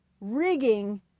rigging